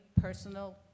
personal